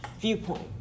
viewpoint